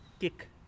kick